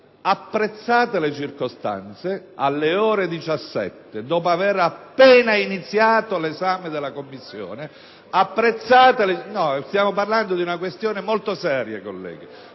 apprezzate le circostanze, alle ore 17, dopo aver appena iniziato l'esame della Commissione...